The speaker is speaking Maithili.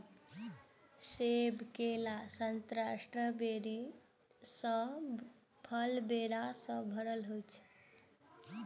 सेब, केला, संतरा, स्ट्रॉबेरी सन फल रेशा सं भरल रहै छै